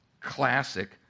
classic